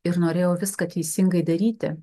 ir norėjau viską teisingai daryti